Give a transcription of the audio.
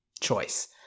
choice